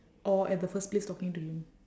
or at the first place talking to him